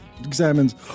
examines